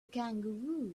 kangaroo